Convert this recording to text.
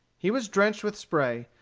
he was drenched with spray,